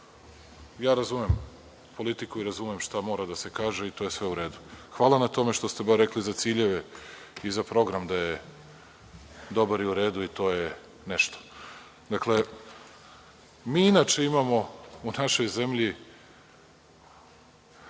razumem politiku, razumem šta mora da se kaže i to je sve u redu. Hvala na tome što ste barem rekli za ciljeve i za program da je dobar i u redu, i to je nešto. Dakle, mi inače imamo u našoj zemlji